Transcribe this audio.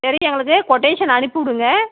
சரி எங்களுக்கு கொட்டேஷன் அனுப்பி விடுங்க